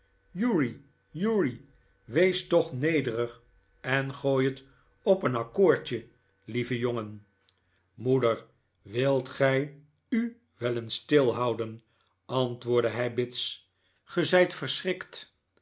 uri uri wees toch nederig en gooi het op een akkoordje lieve jongen moeder wilt gij u wel eens stilhouden antwoordde hij bits ge zijt